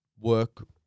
work